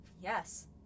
Yes